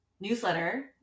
newsletter